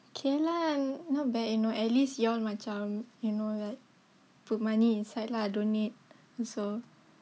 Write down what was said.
kay lah not bad you know at least you all macam you know like put money inside lah donate also